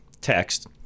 text